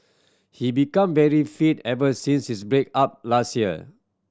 he became very fit ever since his break up last year